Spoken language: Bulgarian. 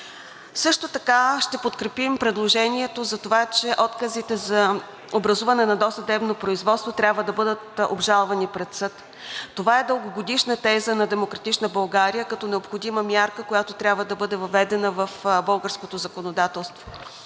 устойчив. Ще подкрепим предложението за това, че отказите за образуване на досъдебно производство трябва да бъдат обжалвани пред съд. Това е дългогодишна теза на „Демократична България“ като необходима мярка, която трябва да бъде въведена в българското законодателство.